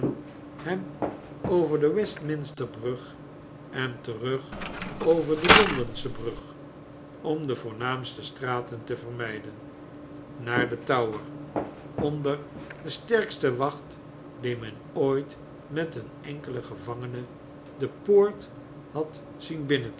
hem over de westminsterbrug en terug over de londensche brug om de voornaamste straten te vermijden naar den tower onder de sterkste wacht die men ooit met een enkelen gevangene de poort had zien